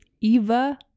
Eva